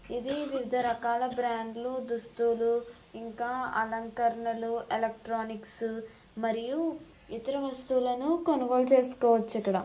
ఇది వివిధ రకాల బ్రాండ్లు దుస్తులు ఇంకా అలంకరణలు ఎలక్ట్రానిక్స్ మరియు ఇతర వస్తువులను కొనుగోలు చేసుకోవచ్చు ఇక్కడ